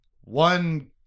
one